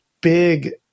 big